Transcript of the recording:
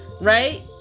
Right